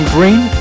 Green